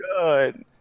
good